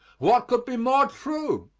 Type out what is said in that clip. what could be more true?